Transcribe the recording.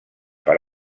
per